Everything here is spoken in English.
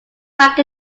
back